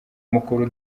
mukuru